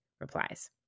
replies